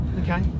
okay